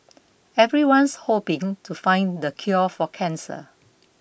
everyone's hoping to find the cure for cancer